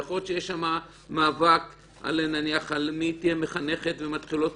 יכול להיות שיש שם מאבק מי תהיה מחנכת ומתחילות